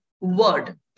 word